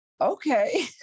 okay